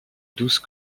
douze